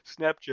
snapchat